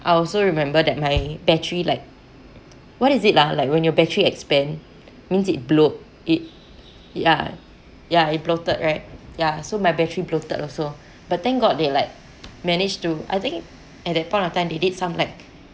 I also remember that my battery like what is it ah like when your battery expand means it bloat it ya ya it bloated right ya so my battery bloated also but thank god they like managed to I think at that point of time they did some like